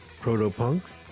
proto-punks